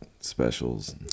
specials